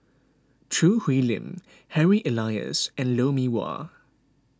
Choo Hwee Lim Harry Elias and Lou Mee Wah